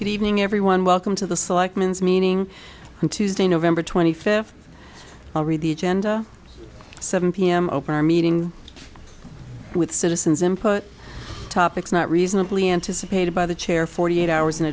good evening everyone welcome to the selectmen meaning on tuesday november twenty fifth already the agenda seven p m over meeting with citizens input topics not reasonably anticipated by the chair forty eight hours in